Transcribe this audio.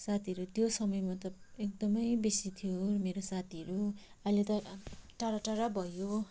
साथीहरू त्यो समयमा त एकदमै बेसी थियो मेरो साथीहरू अहिले त टाढा टाढा भयो